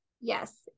Yes